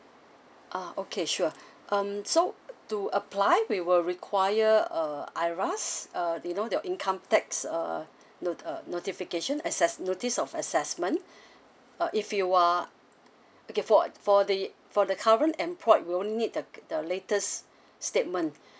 ah okay sure um so to apply we will require a IRAS uh you know your income tax uh no~ uh notification assess notice of assessment uh if you are okay for for the for the current employed we'll need the the latest statement